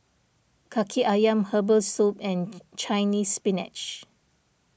Kaki Ayam Herbal Soup and Chinese Spinach